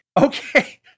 okay